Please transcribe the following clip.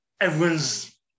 Everyone's